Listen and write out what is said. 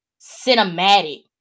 cinematic